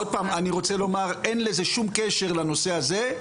אני רוצה לומר, אין לזה שום קשר לנושא הזה,